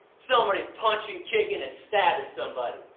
somebody is punching, kicking and stabbing somebody.